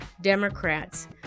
Democrats